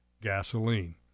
gasoline